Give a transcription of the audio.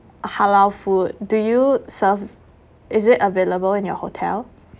halal food do you serve is it available in your hotel